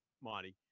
Monty